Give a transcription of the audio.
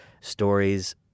Stories